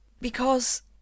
Because